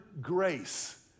grace